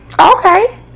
Okay